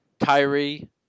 Kyrie